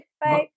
Bye